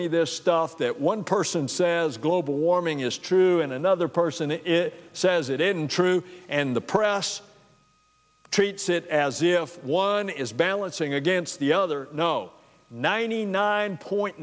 me this stuff that one person says global warming is true and another person it says it isn't true and the press treats it as if one is balancing against the other no ninety nine point